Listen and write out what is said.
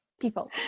people